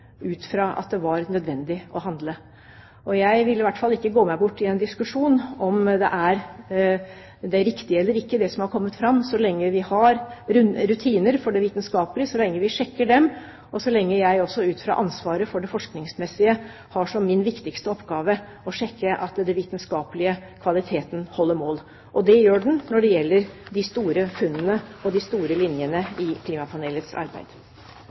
ut fra at det var nødvendig å handle. Jeg vil i hvert fall ikke gå meg bort i en diskusjon om det som er kommet fram, er det riktige eller ikke, så lenge vi har rutiner for det vitenskapelig, så lenge vi sjekker dem, og så lenge jeg også ut fra mitt ansvar for det forskningsmessige har som min viktigste oppgave å sjekke at den vitenskapelige kvaliteten holder mål. Det gjør den når det gjelder de store funnene og de store linjene i klimapanelets arbeid.